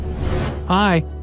Hi